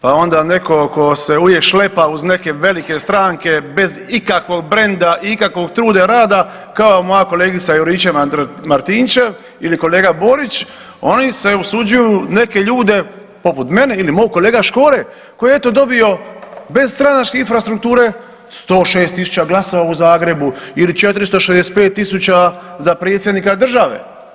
Pa onda netko tko se uvijek šlepa uz neke velike stranke bez ikakvog brenda i ikakvog truda rada kao moja kolegica Juričev Martinčev ili kolega Borić oni se usuđuju neke ljude poput mene ili mog kolege Škore koji je eto dobio bez stranačke infrastrukture 106 tisuća glasova u Zagrebu ili 465 tisuća za predsjednika države.